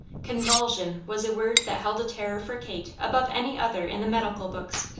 convulsion, was a word that held a terror for kate above any other in the medical books.